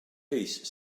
piece